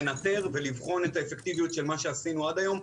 לנטר ולבחון את האפקטיביות של מה שעשינו עד היום.